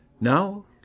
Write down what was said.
Now